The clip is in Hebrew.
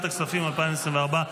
כהצעת הוועדה,